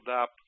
up